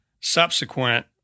Subsequent